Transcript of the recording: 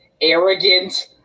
arrogant